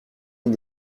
une